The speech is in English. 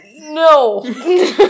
No